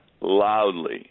loudly